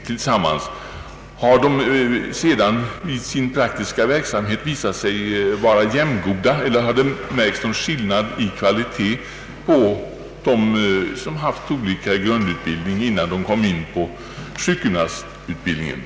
Har sjukgymnaster med enbart grundskola som utgångspunkt i sin praktiska verksamhet sedan visat sig jämngoda med övriga sjukgymnaster eller har det märkts någon skillnad i kvalitet mellan de olika kategorierna?